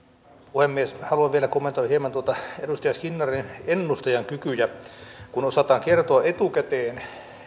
puhemies haluan vielä kommentoida hieman noita edustaja skinnarin ennustajankykyjä osataan kertoa etukäteen